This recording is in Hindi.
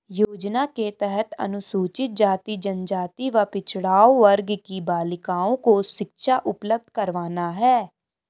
योजना के तहत अनुसूचित जाति, जनजाति व पिछड़ा वर्ग की बालिकाओं को शिक्षा उपलब्ध करवाना है